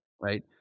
right